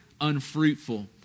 unfruitful